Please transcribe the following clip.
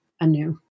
anew